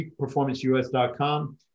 peakperformanceus.com